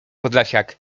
podlasiak